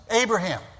Abraham